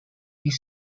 his